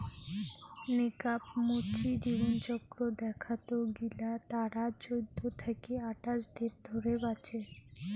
নেকাব মুচি জীবনচক্র দেখাত গিলা তারা চৌদ্দ থাকি আঠাশ দিন ধরে বাঁচে